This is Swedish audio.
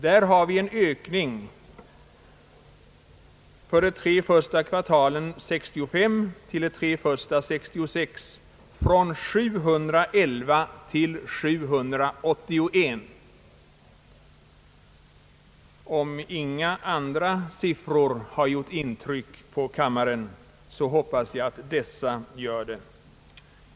Den siffran för de tre första kvartalen år 1965 var 711, medan motsvarande siffra för de tre första kvartalen år 1966 var 781. Om inga andra siffror har gjort intryck på kammaren, hoppas jag att dessa siffror gör det.